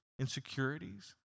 insecurities